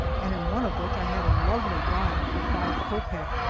and in one of which i had a lovely ride for five copeiky,